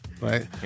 Right